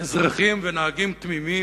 אזרחים ונהגים תמימים,